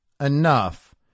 enough